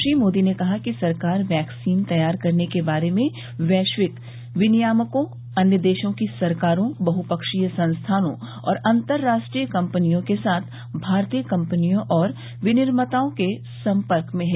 श्री मोदी ने कहा कि सरकार वैक्सीन तैयार करने के बारे में वैश्विक विनियामकों अन्य देशों की सरकारों बहपक्षीय संस्थानों और अंतर्राष्ट्रीय कम्पनियों के साथ भारतीय कम्पनियों और विनिर्माताओं के सम्पर्क में है